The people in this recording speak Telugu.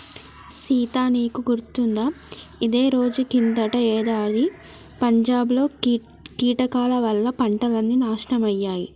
సీత నీకు గుర్తుకుందా ఇదే రోజు కిందటేడాది పంజాబ్ లో కీటకాల వల్ల పంటలన్నీ నాశనమయ్యాయి